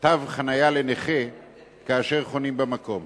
תג חנייה לנכה כאשר חונים במקום.